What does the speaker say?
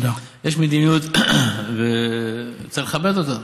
יש מדיניות וצריך לכבד אותה.